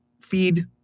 feed